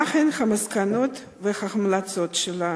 מהן המסקנות וההמלצות שלה?